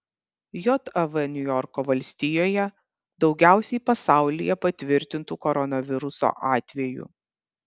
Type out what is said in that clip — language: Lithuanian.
jav niujorko valstijoje daugiausiai pasaulyje patvirtintų koronaviruso atvejų